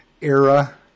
era